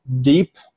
deep